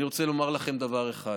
אני רוצה לומר לכם דבר אחד: